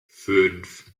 fünf